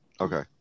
Okay